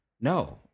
No